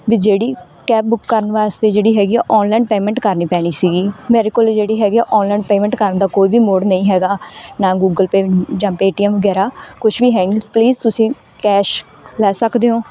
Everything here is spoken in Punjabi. ਵੀ ਜਿਹੜੀ ਕੈਬ ਬੁੱਕ ਕਰਨ ਵਾਸਤੇ ਜਿਹੜੀ ਹੈਗੀ ਆ ਔਨਲਾਈਨ ਪੇਮੈਂਟ ਕਰਨੀ ਪੈਣੀ ਸੀਗੀ ਮੇਰੇ ਕੋਲ ਜਿਹੜੀ ਹੈਗੀ ਆ ਔਨਲਾਈਨ ਪੇਮੈਂਟ ਕਰਨ ਦਾ ਕੋਈ ਵੀ ਮੋਡ ਨਹੀਂ ਹੈਗਾ ਨਾ ਗੂਗਲ ਪੇਅ ਜਾਂ ਪੇਟੀਐਮ ਵਗੈਰਾ ਕੁਛ ਵੀ ਹੈ ਨਹੀਂ ਪਲੀਜ਼ ਤੁਸੀਂ ਕੈਸ਼ ਲੈ ਸਕਦੇ ਹੋ